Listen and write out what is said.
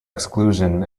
exclusion